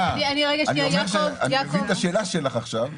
אני מבין את השאלה שלך עכשיו.